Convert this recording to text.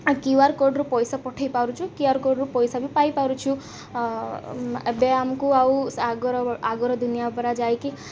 Q R କୋଡ଼୍ରୁ ପଇସା ପଠାଇ ପାରୁଛୁ କ୍ୟୁ ଆର୍ କୋଡ଼୍ରୁ ପଇସା ବି ପାଇପାରୁଛୁ ଏବେ ଆମକୁ ଆଉ ଆଗ ଆଗର ଦୁନିଆ କରା ଯାଇକି